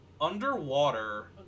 underwater